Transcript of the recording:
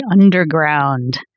Underground